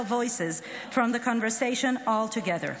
voices from the conversation altogether.